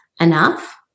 enough